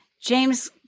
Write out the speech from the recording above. James